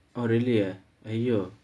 oh really ah !aiyo!